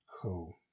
Cool